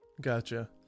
gotcha